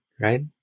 right